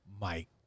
Mike